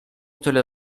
tyle